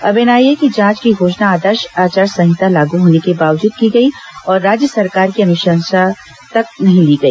अब एनआईए की जांच की घोषणा आदर्श आचार सहिता लागू होने के बावजूद की गयी और राज्य सरकार की अनुशंसा तक नहीं ली गई